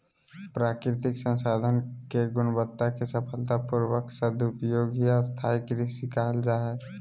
प्राकृतिक संसाधन के गुणवत्ता के सफलता पूर्वक सदुपयोग ही स्थाई कृषि कहल जा हई